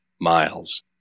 miles